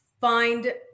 find